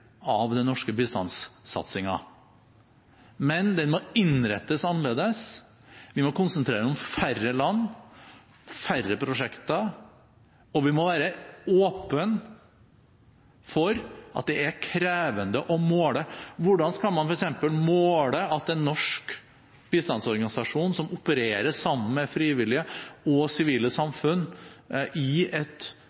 av den norske bistandssatsingen. Men den må innrettes annerledes, vi må konsentrere oss om færre land, færre prosjekter, og vi må være åpne for at det er krevende å måle. Hvordan skal man f.eks. måle at en norsk bistandsorganisasjon som opererer sammen med frivillige og sivile